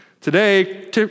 Today